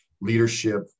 leadership